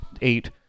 eight